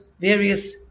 various